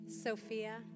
Sophia